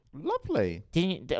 Lovely